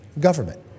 government